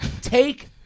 Take